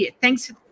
Thanks